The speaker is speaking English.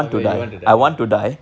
oh wait you want to die ya